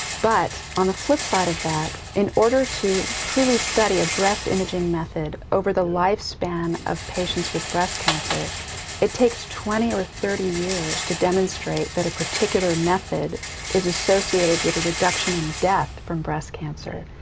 but on the flip side of that, in order to truly study a breast imaging method over the lifespan of patients with breast cancer it takes twenty or thirty years to demonstrate that a particular method is associated with a reduction in death from breast cancer.